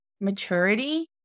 maturity